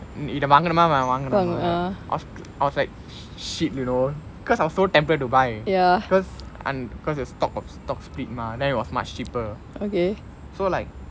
இத வாங்கலாம வாங்கவேனாமா:itha vaangalaamaa vaangavenaamaa I I was like shit you know cause I was so tempted to buy cause it's top uh top stocks then it was much cheaper okay so like